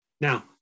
Now